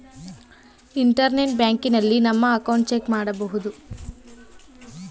internet ಬ್ಯಾಂಕಿನಲ್ಲಿ ನಮ್ಮ account check ಮಾಡಬಹುದು